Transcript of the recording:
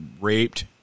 raped